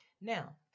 Now